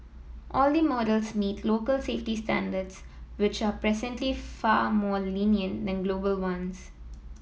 all the models meet local safety standards which are presently far more lenient than global ones